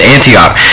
Antioch